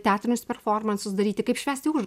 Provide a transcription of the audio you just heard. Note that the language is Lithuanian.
teatrinius performansus daryti kaip švęsti už